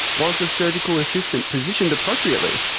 was the surgical assistant positioned appropriately?